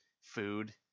food